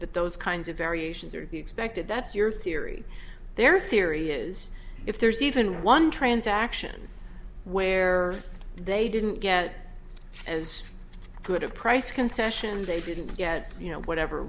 those kinds of variations are to be expected that's your theory their theory is if there's even one transaction where they didn't get as good a price concession they didn't get you know whatever